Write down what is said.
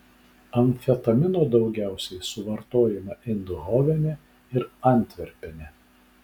amfetamino daugiausiai suvartojama eindhovene ir antverpene